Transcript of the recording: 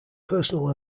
personal